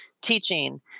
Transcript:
teaching